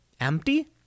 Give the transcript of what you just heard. empty